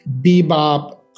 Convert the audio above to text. bebop